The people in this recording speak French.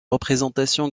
représentation